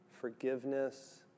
forgiveness